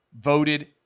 voted